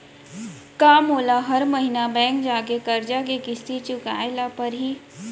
का मोला हर महीना बैंक जाके करजा के किस्ती चुकाए ल परहि?